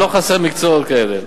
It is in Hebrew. לא חסרים מקצועות כאלה.